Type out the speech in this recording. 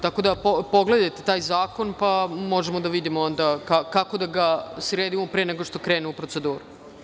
Tako da, pogledajte taj zakon, pa možemo da vidimo onda kako da ga sredimo pre nego što krene u proceduru.